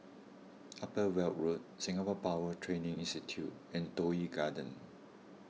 Upper Weld Road Singapore Power Training Institute and Toh Yi Garden